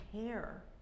care